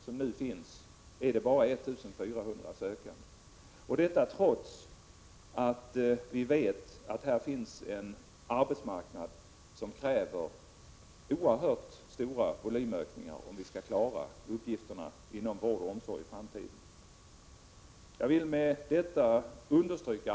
Slutligen kommer äldreberedningen inom kort med sitt betänkande, där hemtjänsten med bl.a. rekryteringsoch personalfrågor är en av huvudfrågorna.